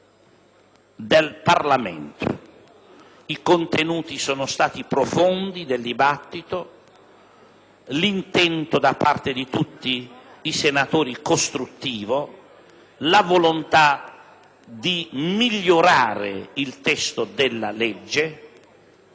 del Parlamento. I contenuti del dibattito sono stati profondi, l'intento da parte di tutti i senatori costruttivo: la volontà di migliorare il testo della legge,